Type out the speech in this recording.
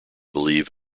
believe